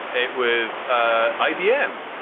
it was ah ibm